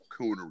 coonery